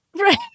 Right